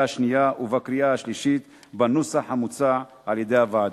השנייה ובקריאה השלישית בנוסח המוצע על-ידי הוועדה.